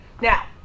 Now